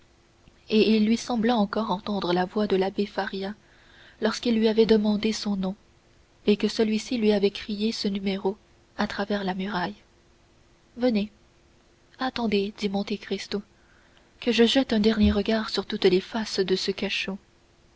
et il lui sembla encore entendre la voix de l'abbé faria lorsqu'il lui avait demandé son nom et que celui-ci avait crié ce numéro à travers la muraille venez attendez dit monte cristo que je jette un dernier regard sur toutes les faces de ce cachot